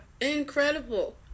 incredible